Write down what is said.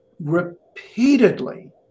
repeatedly